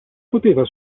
poteva